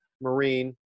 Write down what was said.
marine